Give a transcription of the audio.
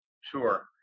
Sure